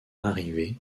arrivée